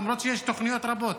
למרות שיש תוכניות רבות.